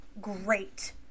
great